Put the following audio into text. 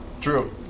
True